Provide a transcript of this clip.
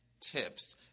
tips